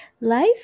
Life